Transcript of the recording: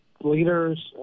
leaders